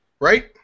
right